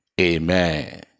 Amen